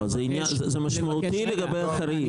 זה משמעותי לגבי החריג.